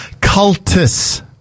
cultus